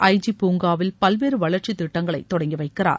IG பூங்காவில் பல்வேறு வளர்ச்சி திட்டங்களை தொடங்கிவைக்கிறார்